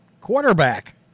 quarterback